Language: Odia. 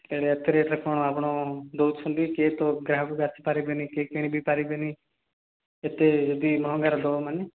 ଏତେ ରେଟ୍ରେ କ'ଣ ଆପଣ ଦେଉଛନ୍ତି କିଏ ତ ଗ୍ରାହକ ବି ଆସିପାରିବେନି କି କିଣି ବି ପାରିବେନି ଏତେ ଯଦି ମହଙ୍ଗାରେ ଦେବ ମାନେ